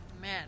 man